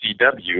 CW